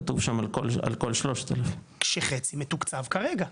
כתוב שם על כל 3,000. כשחצי מתוקצב כרגע.